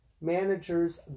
managers